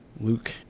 luke